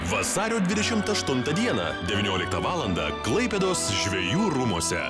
vasario dvidešimt aštuntą dieną devynioliktą valandą klaipėdos žvejų rūmuose